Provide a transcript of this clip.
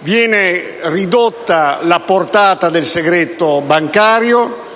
Viene ridotta la portata del segreto bancario